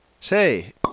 Say